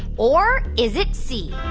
or is it c,